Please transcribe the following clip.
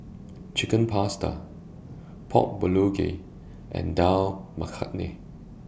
Chicken Pasta Pork Bulgogi and Dal Makhani